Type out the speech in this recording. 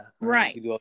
Right